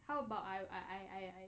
how about I I